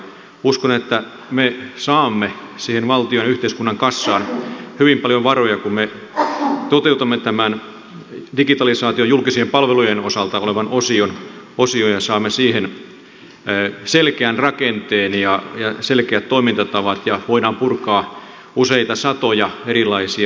uskon että me saamme valtion ja yhteiskunnan kassaan hyvin paljon varoja kun me toteutamme tämän digitalisaation julkisten palvelujen osalta olevan osion ja saamme siihen selkeän rakenteen ja selkeät toimintatavat ja voidaan purkaa useita satoja erilaisia ohjelmarakenteita